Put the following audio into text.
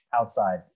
outside